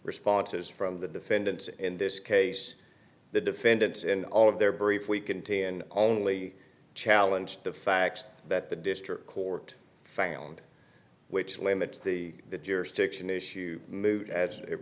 responses from the defendant in this case the defendants in all of their brief we can t and only challenge the facts that the district court found which limits the the jurisdiction issue moot as it